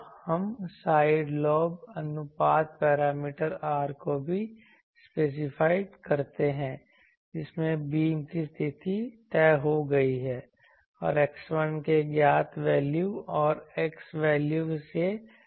तो हम side lobe अनुपात पैरामीटर R को भी स्पेसिफाइ कर सकते हैं जिसमें बीम की स्थिति तय हो गई है और x1 के ज्ञात वैल्यू और x के वैल्यू से पाया जा सकता है